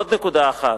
עוד נקודה אחת.